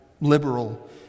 liberal